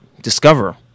discover